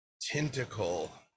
tentacle